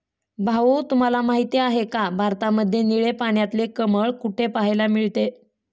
भाऊ तुम्हाला माहिती आहे का, भारतामध्ये निळे पाण्यातले कमळ कुठे पाहायला मिळते?